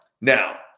Now